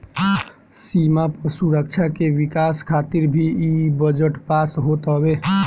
सीमा पअ सुरक्षा के विकास खातिर भी इ बजट पास होत हवे